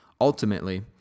Ultimately